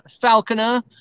falconer